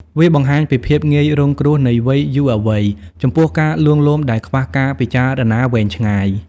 វាបង្ហាញពីភាពងាយរងគ្រោះនៃវ័យយុវវ័យ ចំពោះការលួងលោមដែលខ្វះការពិចារណាវែងឆ្ងាយ។